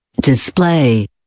Display